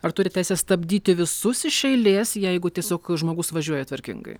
ar turi teisę stabdyti visus iš eilės jeigu tiesiog žmogus važiuoja tvarkingai